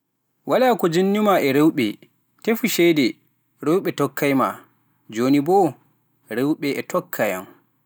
Walaa ko jinnyu ma e rewɓe, tefu ceede, rewbe tokkay ma. Jooni boo, rewɓe e tokka yam.